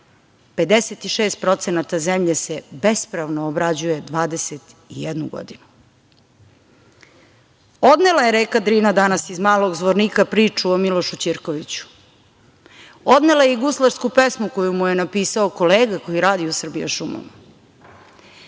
56% zemlje se bespravno obrađuje 21 godinu. Odnela je reka Drina danas iz Malog Zvornika priču o Milošu Ćirkoviću, odnela je i guslarsku pesmu koju mu je napisao kolega koji radi u "Srbijašumama".